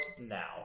now